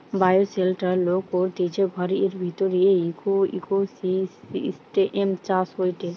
bioshelter লোক করতিছে ঘরের ভিতরের ইকোসিস্টেম চাষ হয়টে